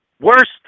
Worst